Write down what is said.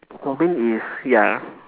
robin is ya